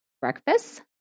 breakfast